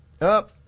up